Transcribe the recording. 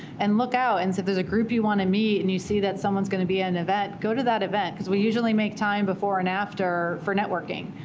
and look out, and so there's a group you want to meet, and you see that someone's going to be at an event, go to that event. because we usually make time before and after for networking.